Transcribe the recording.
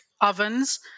ovens